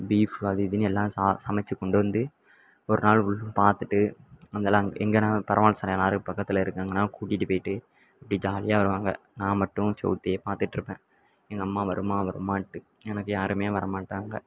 beef அது இதுன்னு எல்லாம் சா சமைத்து கொண்டு வந்து ஒரு நாள் ஃபுல்லும் பார்த்துட்டு அங்கெல்லாம் எங்கேன்னா பெருமாள் சிலை நாகர்கோயில் பக்கத்தில் இருக்குது அங்கெல்லாம் கூட்டிகிட்டு போய்விட்டு அப்படி ஜாலியாக வருவாங்க நான் மட்டும் சுவுத்தையே பார்த்துட்ருப்பேன் எங்கள் அம்மா வருமா வருமான்ட்டு எனக்கு யாருமே வரமாட்டாங்க